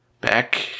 back